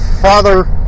father